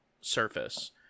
surface